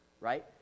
right